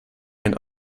einen